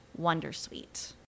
Wondersuite